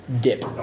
dip